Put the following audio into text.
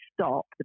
stop